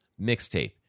Mixtape